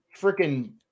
freaking